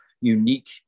unique